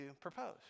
propose